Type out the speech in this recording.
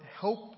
help